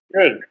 Good